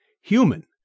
Human